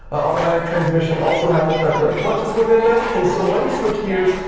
automatic transmissions also have multi-plate clutches within them and so when you switch gears,